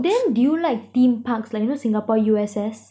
then do you like theme parks like you know singapore U_S_S